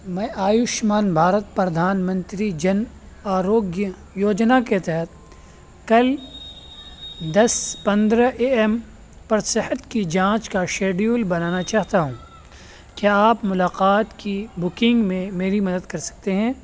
میں آیوشمان بھارت پردھان منتری جن آروگیہ یوجنا کے تحت کل دس پندرہ اے ایم پر صحت کی جانچ کا شیڈیول بنانا چاہتا ہوں کیا آپ ملاقات کی بکنگ میں میری مدد کر سکتے ہیں